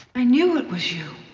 i knew it was you.